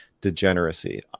degeneracy